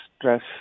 stress